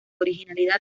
originalidad